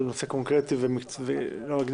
הוא נושא קונקרטי וענייני,